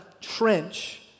Trench